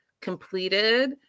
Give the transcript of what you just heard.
completed